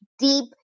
deep